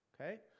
Okay